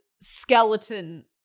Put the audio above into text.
skeleton